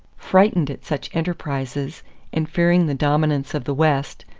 frightened at such enterprises and fearing the dominance of the west,